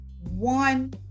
one